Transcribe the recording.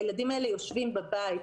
הילדים האלה יושבים בבית.